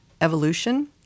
Evolution